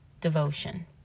Devotion